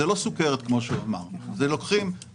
זאת המציאות מבחינת הבריאות.